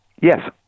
Yes